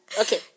Okay